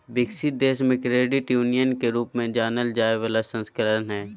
विकसित देश मे क्रेडिट यूनियन के रूप में जानल जाय बला संस्करण हइ